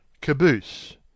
Caboose